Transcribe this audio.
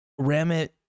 Ramit